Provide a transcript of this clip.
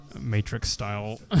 Matrix-style